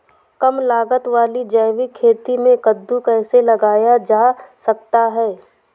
कम लागत वाली जैविक खेती में कद्दू कैसे लगाया जा सकता है?